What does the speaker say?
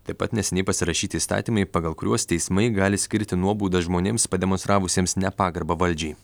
taip pat neseniai pasirašyti įstatymai pagal kuriuos teismai gali skirti nuobaudą žmonėms pademonstravusiems nepagarbą valdžiai